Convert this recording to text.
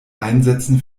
einsätzen